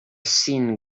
seeing